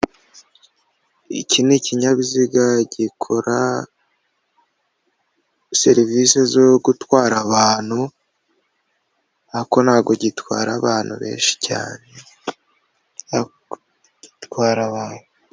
Iki ni ikinyabiziga gikora serivisi zo gutwara abantu, ariko ntabwo gitwara abantu benshi cyane, ariko gitwara abantu.